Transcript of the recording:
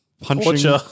punching